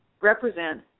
represent